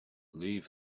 leave